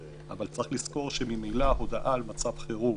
אבל צריך לזכור שממילא הודעה על מצב חירום